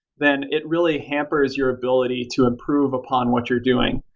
then it really hampers your ability to improve upon what you're doing,